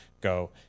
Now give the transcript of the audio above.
go